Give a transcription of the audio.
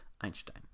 Einstein